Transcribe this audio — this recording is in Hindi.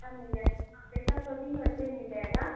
सब मिल जाएगा आप जैसा खोजेंगी वैसा ही मिल जाएगा